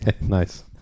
nice